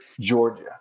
Georgia